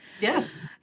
Yes